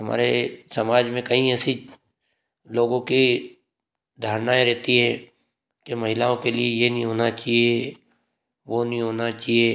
हमारे समाज में कई ऐसी लोगों की धारणाएँ रहती हैं कि महिलाओं के लिए यह नहीं होना चाहिए वो नहीं होना चाहिए